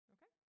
Okay